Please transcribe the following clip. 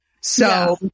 So-